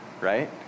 Right